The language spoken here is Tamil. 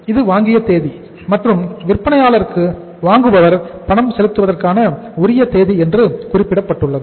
இது வாங்கிய தேதி மற்றும் விற்பனையாளருக்கு வாங்குபவர் பணம் செலுத்துவதற்கான உரிய தேதி என்று குறிப்பிடப்பட்டுள்ளது